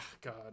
God